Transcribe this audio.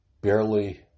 barely